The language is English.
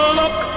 look